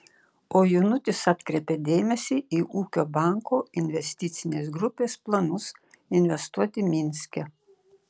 o jonutis atkreipia dėmesį į ūkio banko investicinės grupės planus investuoti minske